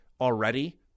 already